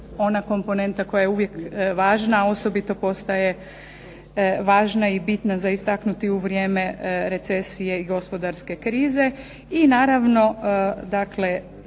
ona komponenta koja je uvijek važna, a osobito postaje važna i bitna za istaknuti u vrijeme recesije i gospodarske krize.